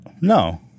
No